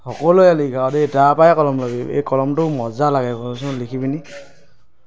সকলোৱে লিখ আৰু দেই তাৰ পৰাই কলম ল'বি এই কলমটো মজা লাগে কৈছোঁ নহয় লিখি পিনি